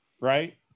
Right